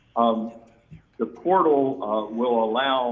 um the portal will allow